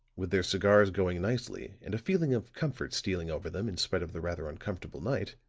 with their cigars going nicely and a feeling of comfort stealing over them in spite of the rather uncomfortable night,